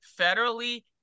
federally